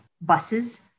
buses